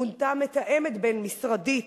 מונתה מתאמת בין-משרדית